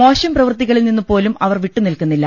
മോശം പ്രവൃത്തികളിൽ നിന്നുപോലും അവർ വിട്ടുനിൽക്കുന്നില്ല